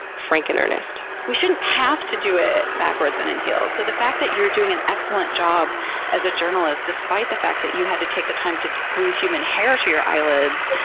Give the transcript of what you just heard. frank and ernest. we shouldn't have to do it backwards and in heels. so the fact that you're doing an excellent job as a journalist, despite the fact that you had to take the time to glue human hair to your eyelids,